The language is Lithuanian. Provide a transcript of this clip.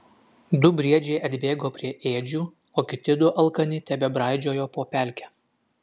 du briedžiai atbėgo prie ėdžių o kiti du alkani tebebraidžiojo po pelkę